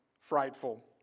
frightful